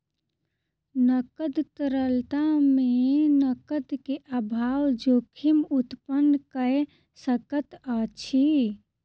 नकद तरलता मे नकद के अभाव जोखिम उत्पन्न कय सकैत अछि